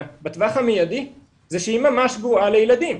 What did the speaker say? בטווח המיידי זה שהיא ממש גרועה לילדים.